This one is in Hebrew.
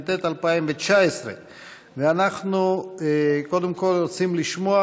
התשע"ט 2019. אנחנו קודם כול רוצים לשמוע